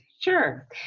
Sure